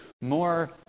more